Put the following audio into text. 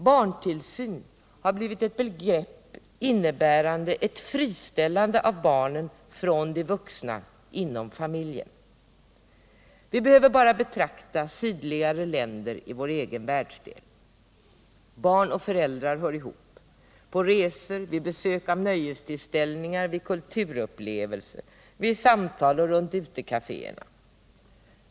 Barntillsyn har blivit ett begrepp innebärande ett friställande av barnen från de vuxna inom familjen. Vi behöver bara betrakta sydligare länder i vår egen världsdel: barn och föräldrar hör ihop, på resor, vid besök på nöjestillställningar, vid kulturupplevelser, vid samtal runt utekaféerna.